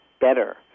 better